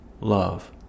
love